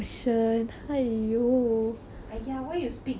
uh ya why you speak so muffled can you speak properly or not